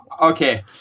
okay